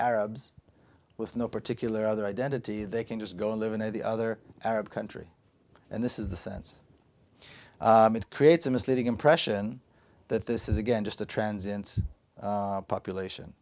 arabs with no particular other identity they can just go on living in the other arab country and this is the sense it creates a misleading impression that this is again just a trends in population